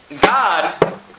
God